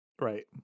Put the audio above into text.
Right